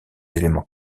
éléments